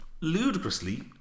ludicrously